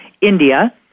India